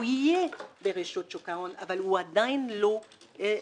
שהוא יהיה ברשות שוק ההון אבל הוא עדין לא קם.